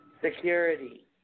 security